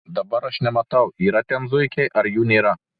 dabar aš nematau yra ten zuikiai ar jų nėra